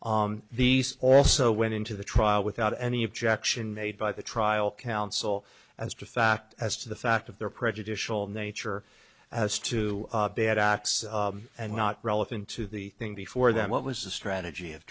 on these also went into the trial without any objection made by the trial counsel as to fact as to the fact of their prejudicial nature as to bad acts and not relevant to the thing before them what was the strategy of